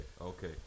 okay